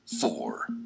four